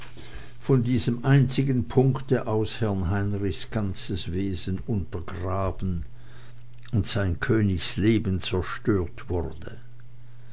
von diesem einzigen punkte aus herrn heinrichs ganzes wesen untergraben und sein königsleben zerstört wurde